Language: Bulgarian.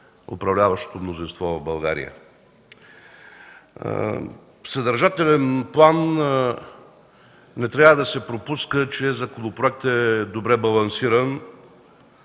управляващото мнозинство в България. В съдържателен план не трябва да се пропуска, че законопроектът е добре балансиран